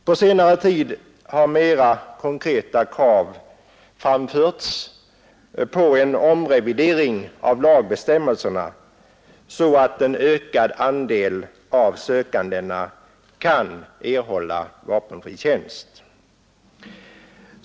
På senare tid har mera konkreta krav framförts på en omrevidering av lagbestämmelserna, så att en ökad andel av de sökande kan erhålla vapenfritjänst.